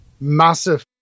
massive